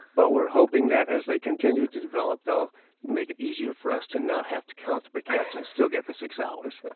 but we're hoping that, as they continue to develop, they'll make it easier for us to not have to count briquettes and still get the six hours but